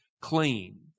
clean